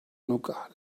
nuca